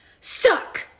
Suck